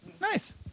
Nice